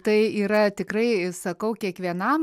tai yra tikrai sakau kiekvienam